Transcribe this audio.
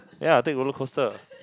ya take rollercoaster